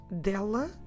dela